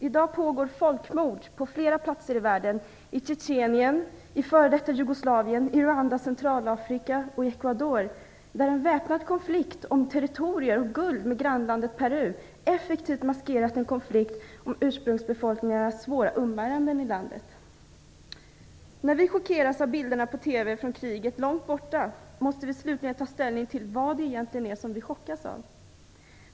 I dag pågår folkmord på flera platser i världen: i Tjetjenien, i f.d. Jugoslavien, i Rwanda, i Centralafrika och i Ecuador, där en väpnad konflikt om territorier och guld med grannlandet Peru effektivt har maskerat en konflikt om ursprungsbefolkningarnas svåra umbäranden i landet. När vi chockeras av bilderna på TV från kriget långt borta måste vi slutligen ta ställning till vad det egentligen är som vi chockeras av.